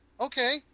okay